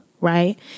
right